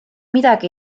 midagi